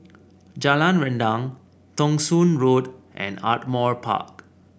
Jalan Rendang Thong Soon Road and Ardmore Park